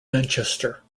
manchester